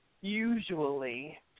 usually